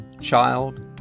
child